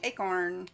Acorn